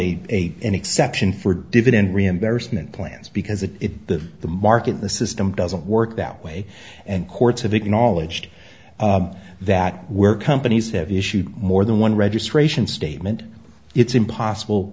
a a an exception for dividend reinvestment plans because it is the the market the system doesn't work that way and courts have acknowledged that where companies have issued more than one registration statement it's impossible